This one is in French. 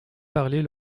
parlées